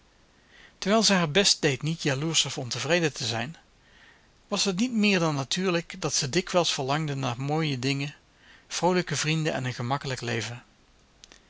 terwijl ze haar best deed niet jaloersch of ontevreden te zijn was het niet meer dan natuurlijk dat ze dikwijls verlangde naar mooie dingen vroolijke vrienden en een gemakkelijk leven